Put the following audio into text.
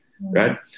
right